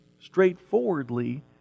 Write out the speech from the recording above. straightforwardly